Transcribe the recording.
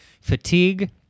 Fatigue